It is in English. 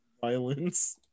violence